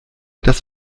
dass